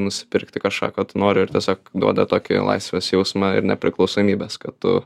nusipirkti kažką ką nori ir tiesiog duoda tokį laisvės jausmą ir nepriklausomybės kad tu